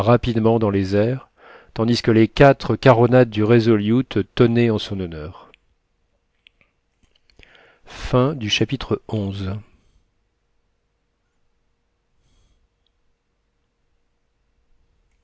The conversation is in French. rapidement dans les airs tandis que les quatre caronades du resolute tonnaient en son honneur chapitre